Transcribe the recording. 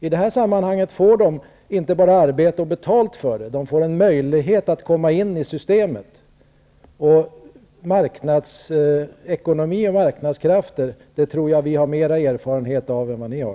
På det här sättet får de inte bara arbete och betalt för det, utan också en möjlighet att komma in i systemet. Marknadsekonomi och marknadskrafter tror jag att vi har mera erfarenhet av än vad ni har.